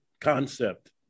concept